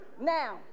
Now